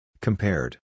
Compared